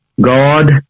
God